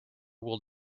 will